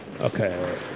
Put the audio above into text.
Okay